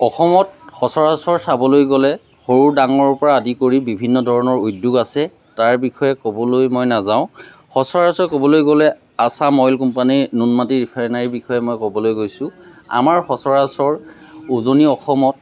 অসমত সচৰাচৰ চাবলৈ গ'লে সৰু ডাঙৰৰ পৰা আদি কৰি বিভিন্ন ধৰণৰ উদ্যোগ আছে তাৰ বিষয়ে ক'বলৈ মই নাযাওঁ সচৰাচৰ ক'বলৈ গ'লে আচাম অইল কোম্পানীৰ নুনমাটি ৰিফাইনাৰীৰ বিষয়ে মই ক'বলৈ গৈছোঁ আমাৰ সচৰাচৰ উজনি অসমত